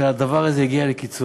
ואפשר גם לברך שהדבר הזה הגיע לקצו.